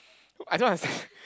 I don't understand